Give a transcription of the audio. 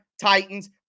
Titans